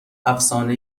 افسانه